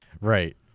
Right